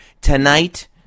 tonight